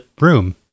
room